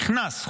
נכנס,